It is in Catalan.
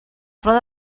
roda